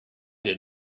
did